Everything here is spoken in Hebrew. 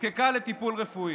נזקקה לטיפול רפואי.